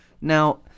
Now